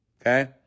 Okay